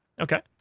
Okay